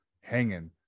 hanging